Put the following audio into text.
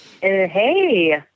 Hey